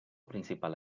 principal